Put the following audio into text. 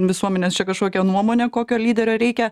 visuomenės čia kažkokią nuomonę kokio lyderio reikia